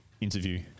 interview